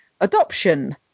adoption